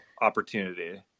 opportunity